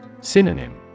Synonym